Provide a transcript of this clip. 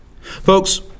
Folks